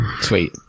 Sweet